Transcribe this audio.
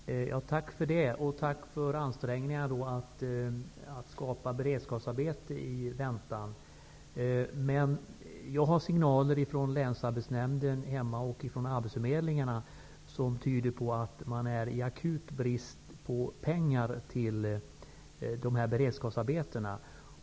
Herr talman! Jag tackar för det och för ansträngningarna att skapa beredskapsarbeten i väntan på beslutet. Jag har signaler från länsarbetsnämnden hemma och från arbetsförmedlingarna som tyder på att de har akut brist på pengar till beredskapsarbeten.